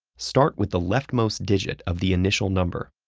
start with the left-most digit of the initial number.